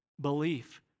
belief